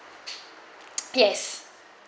yes